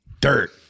dirt